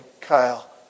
Kyle